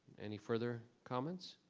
any further comments?